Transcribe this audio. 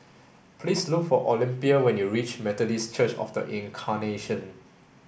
please look for Olympia when you reach Methodist Church Of The Incarnation